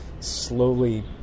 Slowly